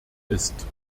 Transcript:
ist